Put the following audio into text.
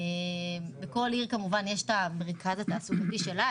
בכל עיר יש את המרכז התעסוקתי שלה,